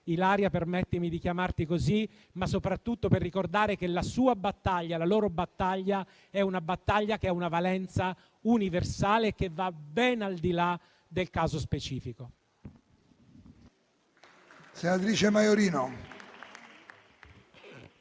Ilaria - permettimi di chiamarti così - ma soprattutto per ricordare che la sua battaglia, la loro battaglia, ha una valenza universale che va ben al di là del caso specifico.